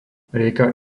rieka